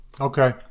Okay